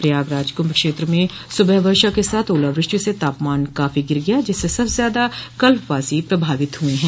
प्रयागराज कुंभ क्षेत्र में सुबह वर्षा के साथ ओलावृष्टि से तापमान काफी गिर गया जिससे सबसे ज्यादा कल्पवासी प्रभावित हुए है